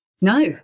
no